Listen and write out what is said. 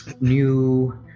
new